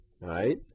right